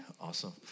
awesome